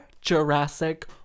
Jurassic